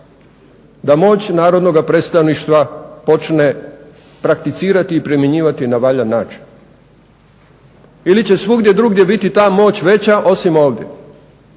da moć narodnoga predstavništva počne prakticirati i primjenjivati na valjan način ili će svugdje drugdje biti ta moć veća osim ovdje.